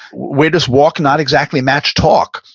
where does walk not exactly match talk?